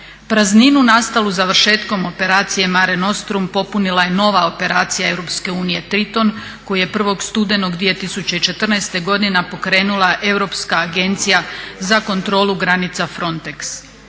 Prazninu nastalu završetkom operacije "Mare Nostrum" popunila je nova operacija Europske unije "Triton" koji je 1. studenog 2014. godine pokrenula Europska agencija za kontrolu granica Frontex.